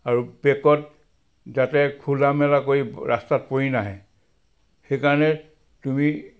আৰু পেকত যাতে খোলা মেলা কৰি ৰাস্তাত পৰি নাহে সেইকাৰণে তুমি